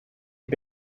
had